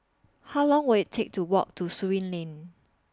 How Long Will IT Take to Walk to Surin Lane